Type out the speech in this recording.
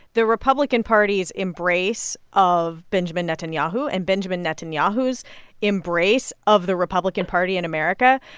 the republican party's embrace of benjamin netanyahu and benjamin netanyahu's embrace of the republican party in america,